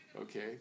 Okay